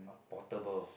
portable